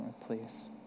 please